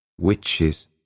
Witches